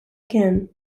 again